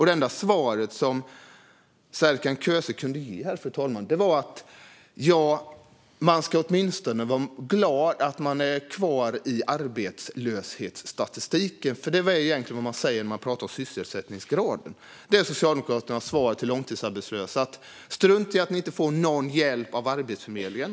Det enda svar som Serkan Köse kunde ge var att de ska vara glada att de åtminstone är kvar i arbetslöshetsstatistiken. För det är vad man egentligen säger när man pratar om sysselsättningsgraden. Socialdemokraternas svar till de långtidsarbetslösa är: Strunt i att ni inte får någon hjälp av Arbetsförmedlingen!